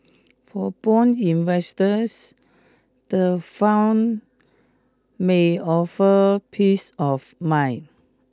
for bond investors the fund may offer peace of mind